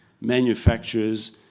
manufacturers